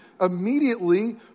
immediately